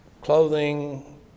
clothing